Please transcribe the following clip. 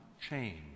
change